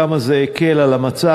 כמה זה הקל על המצב.